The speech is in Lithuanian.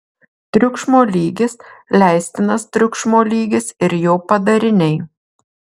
triukšmo lygis leistinas triukšmo lygis ir jo padariniai